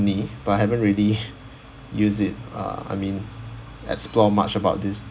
~ly but I haven't really use it uh I mean explore much about this